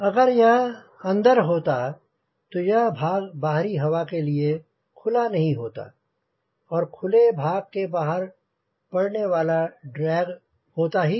अगर यह अंदर होता तो यह भाग बाहरी हवा के लिए खुला नहीं होता और खुले भाग के बाहर पड़ने वाला ड्रैग होता ही नहीं